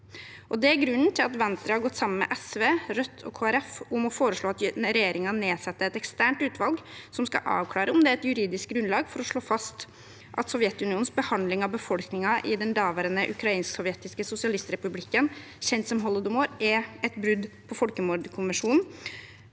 det er grunnen til at Venstre har gått sammen med SV, Rødt og Kristelig Folkeparti om å foreslå at regjeringen nedsetter et eksternt utvalg som skal avklare om det er et juridisk grunnlag for å slå fast at Sovjetunionens behandling av befolkningen i den daværende ukrainsk-sovjetiske sosialistrepublikken, kjent som holodomor, er et brudd på folkemordkonvensjonen.